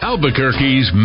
Albuquerque's